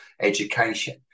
education